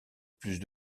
plus